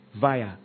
via